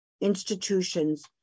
institutions